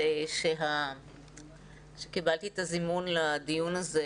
כאשר קיבלתי אתמול את הזימון לדיון הזה,